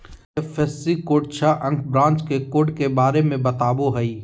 IFSC code छह अंक branch के कोड के बारे में बतावो हइ